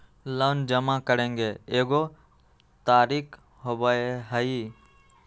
Loan जमा करेंगे एगो तारीक होबहई?